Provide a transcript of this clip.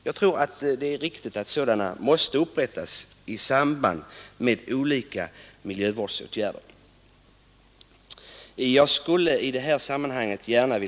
Jag tror i stället att sådana måste upprättas i samband med förslag till konkreta miljövårdsåtgärder.